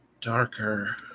Darker